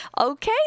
Okay